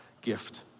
gift